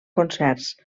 concerts